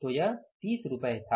तो वह 30 रुपये था